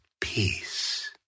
Peace